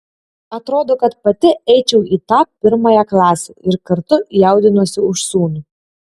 atrodo kad pati eičiau į tą pirmąją klasę ir kartu jaudinuosi už sūnų